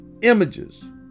images